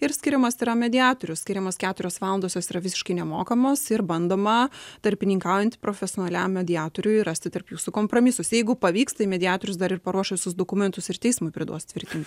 ir skiriamas yra mediatorius skiriamos keturios valandos jos yra visiškai nemokamos ir bandoma tarpininkaujant profesionaliam mediatoriui rasti tarp jūsų kompromisus jeigu pavyks tai mediatorius dar ir paruoš visus dokumentus ir teismui priduos tvirtinti